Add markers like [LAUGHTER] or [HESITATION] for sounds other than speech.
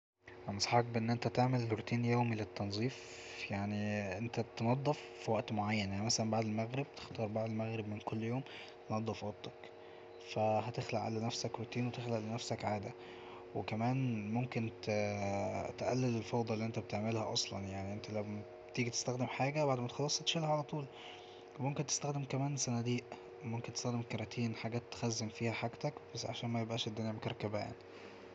أنصحك بأن أنت تعمل روتين يومي للتنضيف يعني انت تنضف في وقت معين يعني مثلا بعد المغرب تختار بعد المغرب من كل يوم تنضف اوضتك ف هتخلق لنفسك روتين وتخلق لنفسك عادة وكمان ممكن [HESITATION] تقلل الفوضى اللي انت بتعملها اصلا يعني انت لما بتيجي تستخدم حاجة بعد ما تخلص تشيلها علطول ممكن تستخدم كمان كراتين ممكن تستخدم صناديق تخزين فيها حاجتك عشان متبقاش الدنيا مكركبة يعني